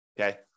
okay